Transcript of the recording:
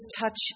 touch